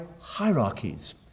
hierarchies